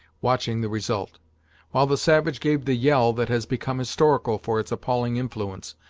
watching the result while the savage gave the yell that has become historical for its appalling influence,